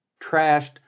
trashed